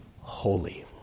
holy